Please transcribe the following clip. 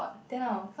then how